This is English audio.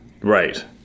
Right